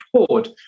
support